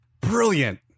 Brilliant